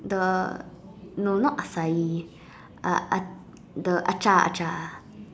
the no not acai uh the acar acar